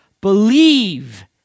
believe